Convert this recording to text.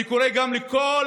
אני קורא גם לכל